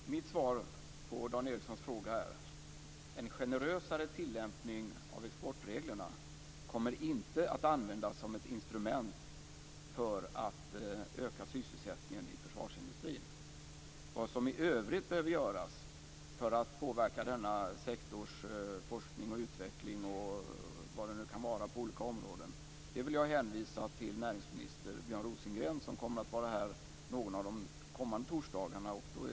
Fru talman! Mitt svar på Dan Ericssons fråga är: En generösare tillämpning av exportreglerna kommer inte att användas som ett instrument för att öka sysselsättningen i försvarsindustrin. I vad som i övrigt behöver göras för att påverka forskning och utveckling inom denna sektor och vad det nu kan vara fråga om på olika områden vill jag hänvisa till näringsminister Björn Rosengren, som kommer att vara här någon av de kommande torsdagarna.